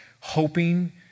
hoping